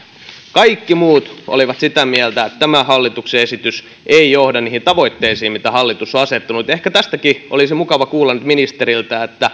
kaikki muut olivat sitä mieltä että tämä hallituksen esitys ei johda niihin tavoitteisiin mitä hallitus on asettanut ehkä tästäkin olisi mukava kuulla nyt ministeriltä